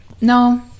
no